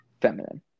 Feminine